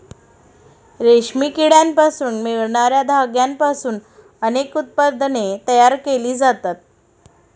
रेशमी किड्यांपासून मिळणार्या धाग्यांपासून अनेक उत्पादने तयार केली जातात